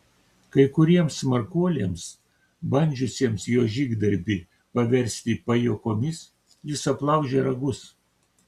kai kuriems smarkuoliams bandžiusiems jo žygdarbį paversti pajuokomis jis aplaužė ragus